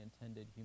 intended